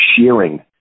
Shearing